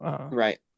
Right